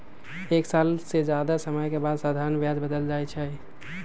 एक साल से जादे समय के बाद साधारण ब्याज बदल जाई छई